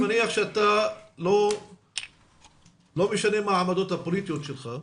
לא משנה מה העמדות הפוליטיות שלך,